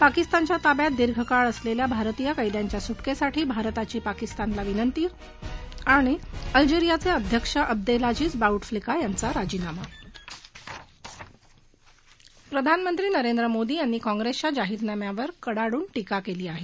पाकिस्तानच्या ताब्यात दीर्घकाळ असलेल्या भारतीय कैद्यांच्या सुकेसाठी भारताची पाकिस्तानला विंनती अल्जेरियाचे अध्यक्ष अब्देलाजिज बाऊ फ्लिका यांचां राजीनामा प्रधानमंत्री नरेंद्र मोदी यांनी काँग्रेसच्या जाहीरनाम्यावर कडाडून ींका केली आहे